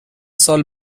سال